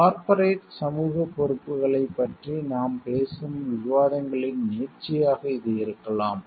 corporate சமூகப் பொறுப்புகளைப் பற்றி நாம் பேசும் விவாதங்களின் நீட்சியாக இது இருக்கலாம்